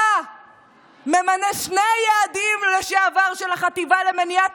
אתה ממנה שני יעדים לשעבר של החטיבה למניעת